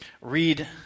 read